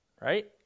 right